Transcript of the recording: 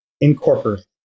Incorporated